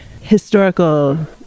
historical